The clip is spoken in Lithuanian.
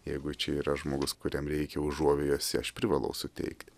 jeigu čia yra žmogus kuriam reikia užuovėjos aš privalau suteikti